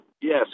Yes